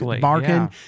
barking